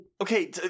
okay